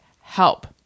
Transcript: help